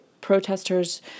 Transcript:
Protesters